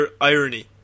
irony